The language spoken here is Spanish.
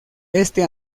este